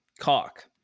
Cock